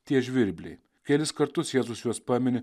tie žvirbliai kelis kartus jėzus juos pamini